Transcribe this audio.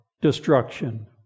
destruction